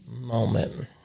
moment